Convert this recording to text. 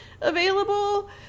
available